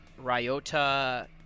Ryota